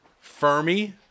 Fermi